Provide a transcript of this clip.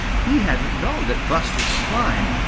he hadn't known that buster could climb.